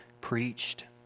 preached